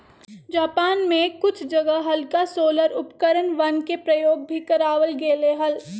Japan में कुछ जगह हल्का सोलर उपकरणवन के प्रयोग भी करावल गेले हल